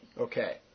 Okay